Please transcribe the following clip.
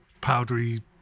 powdery